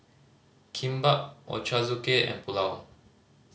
Kimbap Ochazuke and Pulao